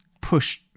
push